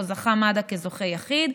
שבו זכה מד"א כזוכה יחיד,